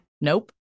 Nope